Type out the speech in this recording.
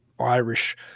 Irish